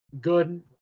good